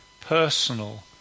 personal